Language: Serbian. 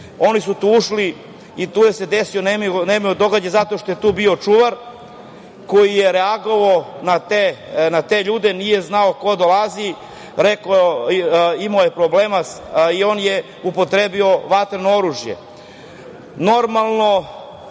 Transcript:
Oni su tu ušli, i desio se nemio događaj, zato što je tu bio čuvar koji je reagovao na te ljude. Nije znao ko dolazi, imao je problema i upotrebio je vatreno oružje.